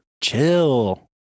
chill